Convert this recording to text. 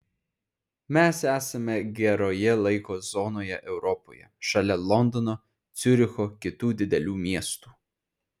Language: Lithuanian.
mes esame geroje laiko zonoje europoje šalia londono ciuricho kitų didelių miestų